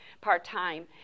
part-time